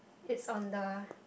it's on the